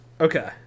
okay